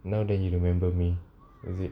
now then you remember me is it